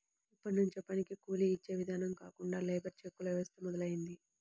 ఎప్పట్నుంచో పనికి కూలీ యిచ్చే ఇదానం కాకుండా లేబర్ చెక్కుల వ్యవస్థ మొదలయ్యింది